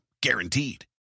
Guaranteed